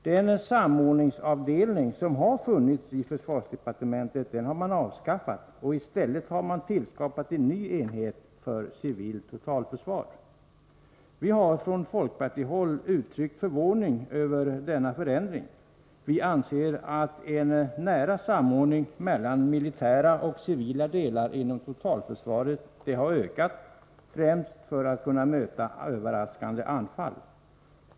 Den samordningsavdelning som funnits i försvarsdepartementet har avskaffats, och i stället har tillskapats en ny enhet för civilt totalförsvar. Vi har från folkpartihåll utryckt förvåning över denna förändring; vi anser att en nära samordning mellan militära och civila delar inom totalförsvaret har ökat främst för att man skall kunna möta överraskande anfall.